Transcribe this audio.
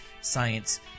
science